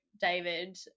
David